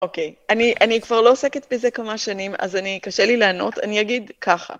אוקיי, אני כבר לא עוסקת בזה כמה שנים, אז קשה לי לענות, אני אגיד ככה.